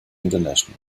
international